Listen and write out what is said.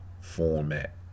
format